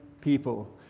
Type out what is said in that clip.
people